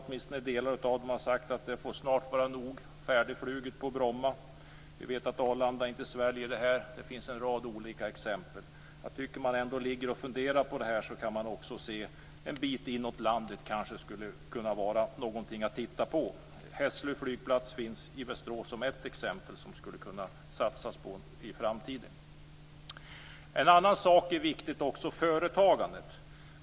Åtminstone en del av stockholmarna har sagt att det snart får vara färdigfluget på Bromma. Vi vet att Arlanda inte sväljer den trafikmängden. Det finns en rad olika exempel. När man ändå funderar på det här tycker jag att man också kan se en bit inåt landet. Där kanske skulle kunna vara någonting att titta på. Hässlö flygplats finns i Västerås som ett exempel som man skulle kunna satsa på i framtiden. En annan sak som också är viktig är företagandet.